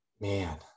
Man